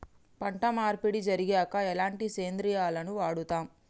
పంట మార్పిడి జరిగాక ఎలాంటి సేంద్రియాలను వాడుతం?